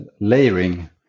layering